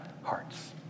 hearts